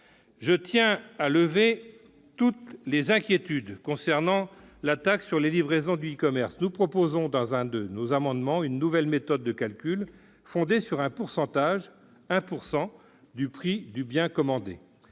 Je tiens à dissiper toutes les inquiétudes au sujet de la taxe sur les livraisons du e-commerce. Nous proposerons par voie d'amendement une nouvelle méthode de calcul, fondée sur un pourcentage- 1 % -du prix du bien commandé.